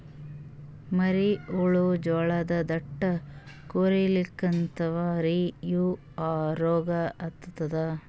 ಮರಿ ಹುಳ ಜೋಳದ ದಂಟ ಕೊರಿಲಿಕತ್ತಾವ ರೀ ಯಾ ರೋಗ ಹತ್ಯಾದ?